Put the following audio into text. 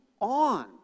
on